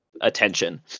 attention